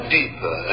deeper